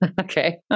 Okay